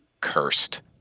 cursed